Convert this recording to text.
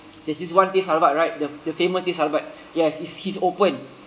there's this one teh sarbat right the the famous teh sarbat yes it's he's open